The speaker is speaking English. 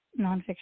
nonfiction